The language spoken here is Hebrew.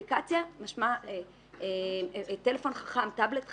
אפליקציה, משמע טלפון חכם, טבלט חכם,